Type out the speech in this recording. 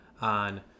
on